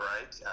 Right